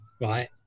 right